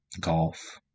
golf